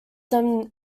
them